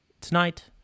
tonight